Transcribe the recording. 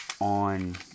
on